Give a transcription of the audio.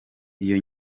iyo